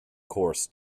course